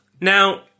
Now